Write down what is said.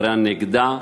חברי הנגדה,